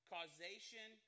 Causation